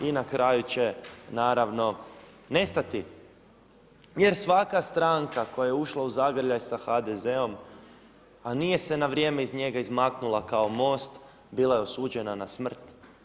I na kraju će naravno nestati, jer svaka stranka koja je ušla u zagrljaj sa HDZ-om, a nije se na vrijeme iz njega izmaknula kao Most, bila je osuđena na smrt.